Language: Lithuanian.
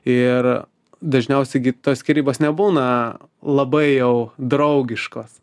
ir dažniausiai gi tos skyrybos nebūna labai jau draugiškos